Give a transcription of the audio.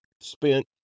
spent